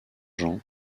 jean